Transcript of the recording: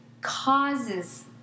causes